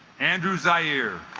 andrews i year